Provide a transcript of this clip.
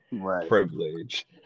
privilege